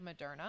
Moderna